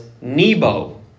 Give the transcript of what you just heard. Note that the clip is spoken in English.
Nebo